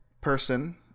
person